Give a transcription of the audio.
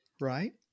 Right